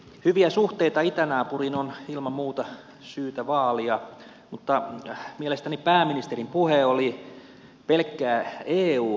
hyviä suhteita itänaapuriin on ilman muuta syytä vaalia mutta mielestäni pääministerin puhe oli pelkkää eu palvontaa